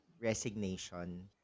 resignation